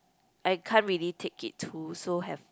I can't really take it too so have